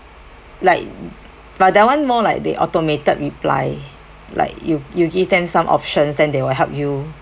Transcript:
like but that one more like they automated reply like you you give them some options then they will help you